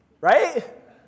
right